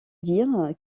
dire